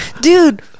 dude